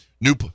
new